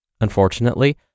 Unfortunately